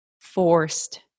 forced